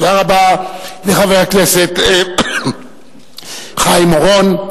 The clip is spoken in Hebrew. תודה רבה לחבר הכנסת חיים אורון.